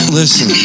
listen